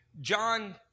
John